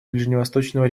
ближневосточного